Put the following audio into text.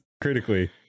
critically